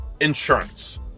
insurance